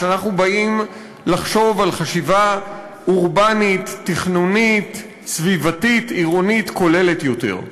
כשאנחנו באים לחשוב חשיבה אורבנית תכנונית סביבתית עירונית כוללת יותר.